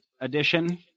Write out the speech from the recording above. edition